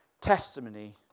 testimony